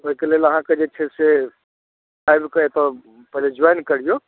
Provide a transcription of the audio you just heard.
ओहिके लेल अहाँकेँ जे छै से आबि कऽ एतय पहिले ज्वाइन करियौ